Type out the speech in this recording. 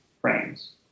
frames